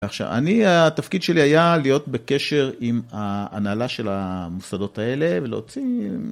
עכשיו, אני התפקיד שלי היה להיות בקשר עם ההנהלה של המוסדות האלה ולהוציא...